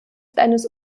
eines